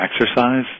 exercise